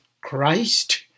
Christ